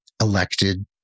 elected